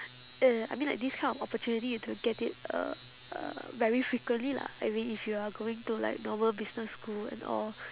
uh I mean like this kind of opportunity you have to get it uh uh very frequently lah I mean if you are going to like normal business school and all